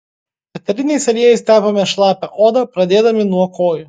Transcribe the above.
eteriniais aliejais tepame šlapią odą pradėdami nuo kojų